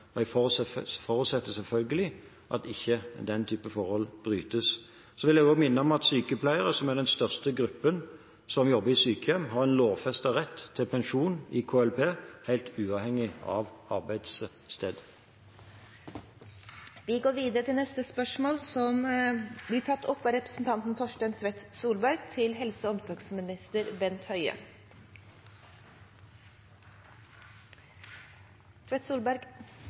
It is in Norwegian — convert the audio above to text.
og jeg forutsetter selvfølgelig at den type forhold ikke brytes. Så vil jeg også minne om at sykepleiere, som er den største gruppen som jobber i sykehjem, har en lovfestet rett til pensjon i KLP, helt uavhengig av arbeidssted. Dette spørsmålet, fra Øystein Langholm Hansen til helse- og omsorgsministeren, vil bli tatt opp av Torstein Tvedt Solberg. Jeg tillater meg å stille følgende spørsmål til